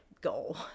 goal